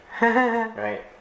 Right